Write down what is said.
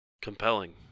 compelling